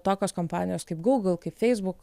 tokios kompanijos kaip google kaip facebook